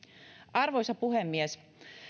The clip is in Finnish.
arvoisa puhemies